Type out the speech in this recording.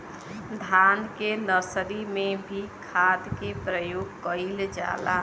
धान के नर्सरी में भी खाद के प्रयोग कइल जाला?